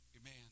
Amen